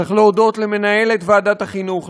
צריך להודות למנהלת ועדת החינוך,